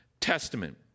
Testament